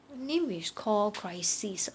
name is called crisis ah